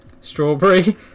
Strawberry